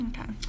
Okay